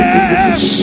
Yes